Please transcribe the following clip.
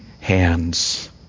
hands